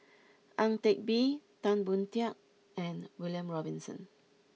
Ang Teck Bee Tan Boon Teik and William Robinson